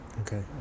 Okay